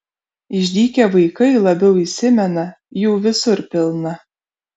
išdykę vaikai labiau įsimena jų visur pilna